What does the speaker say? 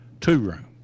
two-room